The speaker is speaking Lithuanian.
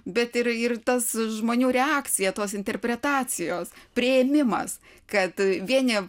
bet ir ir tas žmonių reakcija tos interpretacijos priėmimas kad vieni